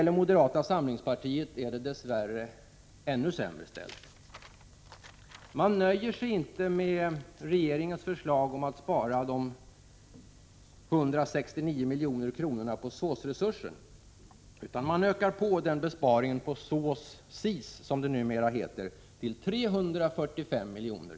Med moderata samlingspartiet är det dess värre ännu sämre ställt. Moderaterna nöjer sig inte med regeringens förslag om att spara de 169 miljonerna på SÅS-resursen. Man ökar i stället besparingen på SIS, som det numera heter, till 345 miljoner.